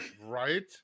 right